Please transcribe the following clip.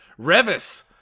Revis